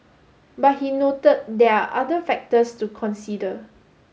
but he noted there are other factors to consider